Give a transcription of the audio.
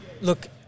look